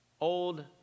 old